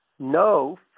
No